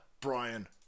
Brian